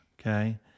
okay